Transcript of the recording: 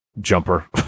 jumper